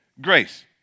grace